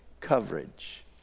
coverage